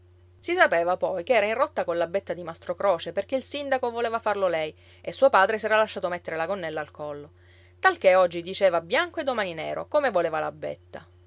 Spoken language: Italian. si sapeva poi che era in rotta colla betta di mastro croce perché il sindaco voleva farlo lei e suo padre s'era lasciato mettere la gonnella al collo talché oggi diceva bianco e domani nero come voleva la betta